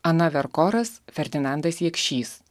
ana verkoras ferdinandas jakšys